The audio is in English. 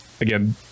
Again